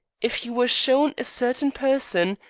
if you were shown a certain person,